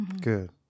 good